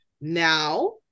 now